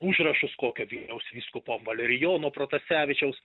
užrašus kokio vilniaus vyskupo valerijono protasevičiaus